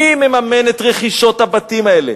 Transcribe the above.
מי מממן את רכישות הבתים האלה?